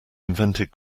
invented